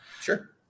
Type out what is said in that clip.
Sure